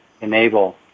enable